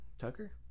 tucker